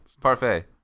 parfait